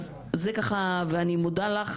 זה ככה ואני מודה לך,